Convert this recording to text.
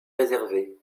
réservé